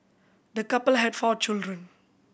the couple had four children